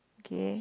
K